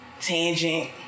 tangent